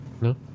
No